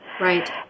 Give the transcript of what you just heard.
Right